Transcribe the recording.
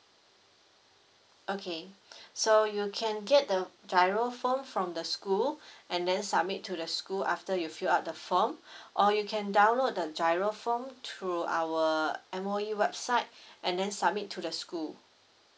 okay so you can get the GIRO form from the school and then submit to the school after you fill up the form or you can download the GIRO form through our M_O_E website and then submit to the school